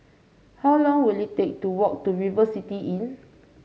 how long will it take to walk to River City Inn